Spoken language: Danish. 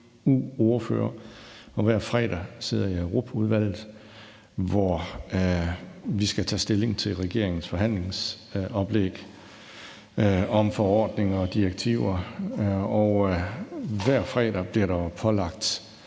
EU-ordfører, og hver fredag sidder jeg i Europaudvalget, hvor vi skal tage stilling til regeringens forhandlingsoplæg om forordninger og direktiver, og hver fredag bliver der jo pålagt